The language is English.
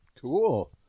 Cool